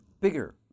bigger